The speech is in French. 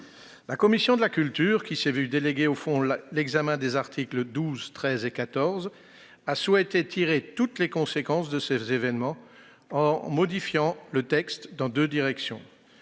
La commission de la culture, qui s'est vue déléguer au fond l'examen des articles 12, 13 et 14, a souhaité tirer toutes les conséquences de ces événements en modifiant le texte selon deux axes.